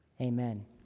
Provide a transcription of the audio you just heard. Amen